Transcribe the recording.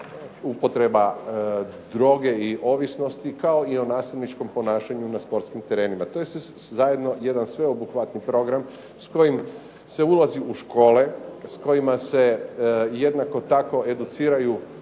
upotreba droga i ovisnosti kao i o nasilničkom ponašanju na sportskim terenima. To je sve zajedno jedan sveobuhvatni program s kojim se ulazi u škole, s kojima se jednako tako educiraju